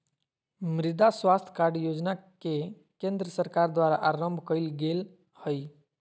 मृदा स्वास्थ कार्ड योजना के केंद्र सरकार द्वारा आरंभ कइल गेल हइ